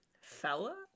fella